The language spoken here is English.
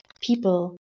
People